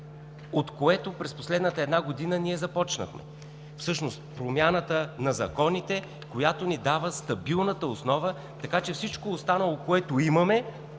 от което през последната една година ние започнахме. Всъщност промяната на законите, която ни дава стабилната основа за всичко останало, което имаме.